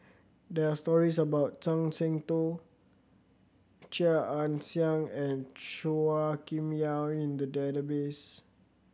there are stories about Zhuang Shengtao Chia Ann Siang and Chua Kim Yeow in the database